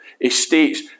estates